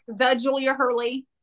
thejuliahurley